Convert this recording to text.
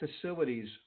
facilities